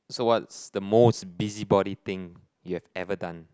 so what's the most busybody thing you've ever done